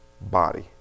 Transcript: body